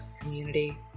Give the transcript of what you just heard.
community